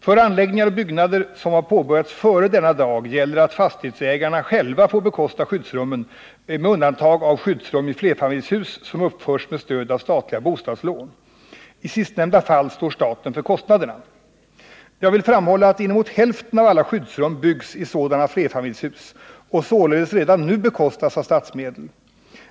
För anläggningar och byggnader som har påbörjats före denna dag gäller att fastighetsägarna själva får bekosta skyddsrummen med undantag av skyddsrum i flerfamiljshus som uppförs med stöd av statliga bostadslån. I sistnämnda fall står staten för kostnaderna. Jag vill framhålla att inemot hälften av alla skyddsrum byggs i sådana flerfamiljshus och således redan nu bekostas av statsmedel.